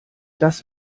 das